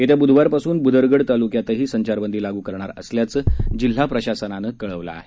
येत्या बुधवारपासून भुदरगड तालुक्यातही संचारबंदी लागू करणार असल्याचं जिल्हा प्रशासनानं कळवलंआहे